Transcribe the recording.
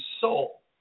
soul